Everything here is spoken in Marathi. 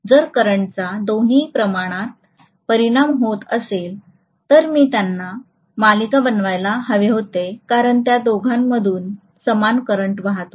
जर करंटचा दोन्ही प्रमाणात परिणाम होत असेल तर मी त्यांना मालिका बनवायला हवे होते कारण त्या दोघांतून समान करंट वाहतो